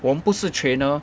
我们不是 trainer